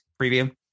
preview